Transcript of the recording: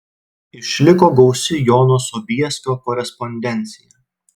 išliko gausi jono sobieskio korespondencija